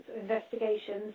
investigations